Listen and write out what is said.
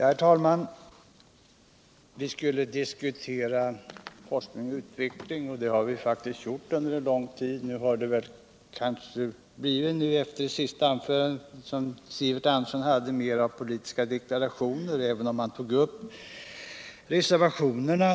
Herr talman! Vi skulle här diskutera forskning och utveckling, och det har vi nu också gjort under lång tid. Sivert Anderssons anförande innehöll kanske litet mera av politiska deklarationer, även om han tog upp reservationerna